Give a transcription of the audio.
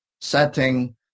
setting